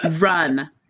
run